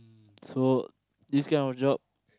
so this kind of job